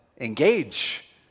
engage